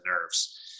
nerves